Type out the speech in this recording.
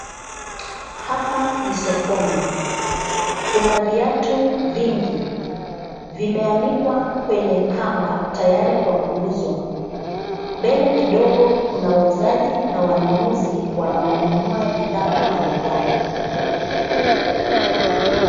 Hapa ni sokoni. Kuna viatu vingi. Vimeanikwa kwenye kamba, tayari kwa kuuzwa. Mbele kidogo kuna wauzaji na wanunuzi wanaonunua bidhaa mbali mbali.